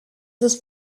ist